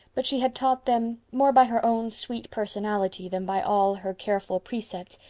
but she had taught them, more by her own sweet personality than by all her careful precepts,